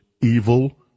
evil